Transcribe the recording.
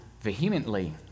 vehemently